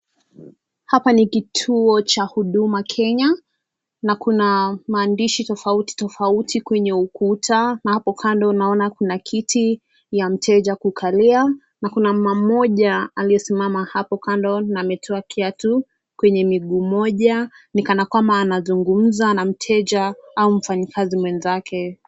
Hapa ni kituo cha huduma Kenya . Na Kuna maandishi tofauti tofauti kwenye ukuta, na hapo kando naona kuna kiti ya mteja kukalia, na Kuna mama moja aliyesimama hapo kando na ametoka kiatu kwenye miguu moja ni kama anazungumza na mteja au mfanya kazi mwenzake.